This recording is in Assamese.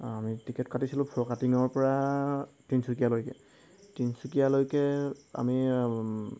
আমি টিকেট কাটিছিলোঁ ফৰকাটিঙৰপৰা তিনিচুকীয়ালৈকে তিনিচুকীয়ালৈকে আমি